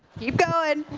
keep going.